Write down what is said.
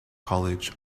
college